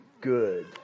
good